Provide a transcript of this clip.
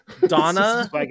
Donna